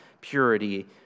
purity